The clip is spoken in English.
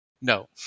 no